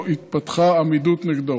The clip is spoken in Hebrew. התפתחה עמידות נגדו,